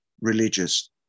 religious